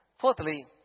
Fourthly